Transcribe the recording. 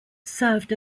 served